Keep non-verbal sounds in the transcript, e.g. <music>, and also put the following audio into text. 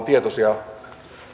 <unintelligible> tietoisia